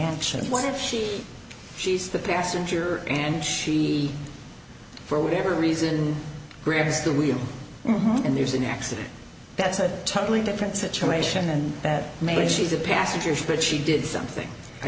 actually what if she she's the passenger and she for whatever reason grabs the wheel and there's an accident that's a totally different situation and that maybe she's a passenger ship but she did something i